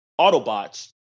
Autobots